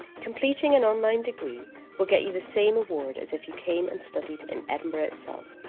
completing an online degree will get you the same award as if you came and studied in edinburgh itself.